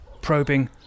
probing